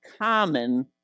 common